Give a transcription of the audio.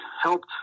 helped